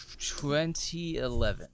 2011